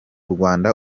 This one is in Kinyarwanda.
rwanda